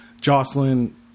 Jocelyn